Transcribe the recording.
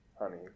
honey